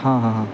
हां हां हां